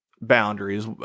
boundaries